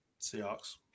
Seahawks